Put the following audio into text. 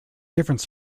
different